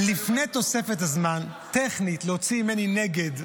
לפני תוספת הזמן, טכנית, להוציא ממני "נגד",